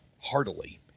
heartily